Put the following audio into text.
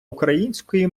української